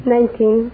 Nineteen